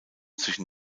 zwischen